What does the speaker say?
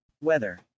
Weather